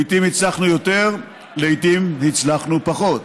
לעיתים הצלחנו יותר, לעיתים הצלחנו פחות,